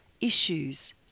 issues